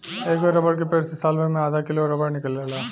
एगो रबर के पेड़ से सालभर मे आधा किलो रबर निकलेला